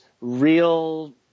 real